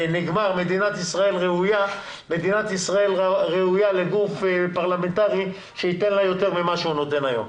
מדינת ישראל ראויה לגוף פרלמנטרי שייתן לה יותר ממה שהוא נותן היום.